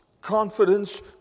Confidence